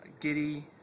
giddy